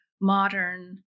modern